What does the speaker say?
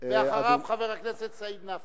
ואחריו, חבר הכנסת סעיד נפאע.